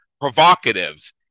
provocative